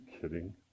kidding